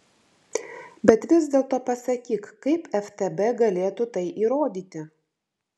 bet vis dėlto pasakyk kaip ftb galėtų tai įrodyti